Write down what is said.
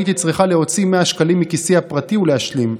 הייתי צריכה להוציא 100 שקלים מכיסי הפרטי ולהשלים.